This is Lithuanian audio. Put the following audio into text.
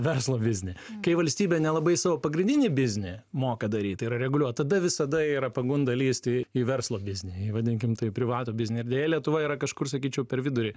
verslo biznį kai valstybė nelabai savo pagrindinį biznį moka daryt tai yra reguliuot tada visada yra pagunda lįst į į verslo biznį vadinkim taip privatų biznį ir deja lietuva yra kažkur sakyčiau per vidurį